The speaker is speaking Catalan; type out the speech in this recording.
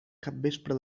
capvespre